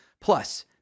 Plus